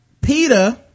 peter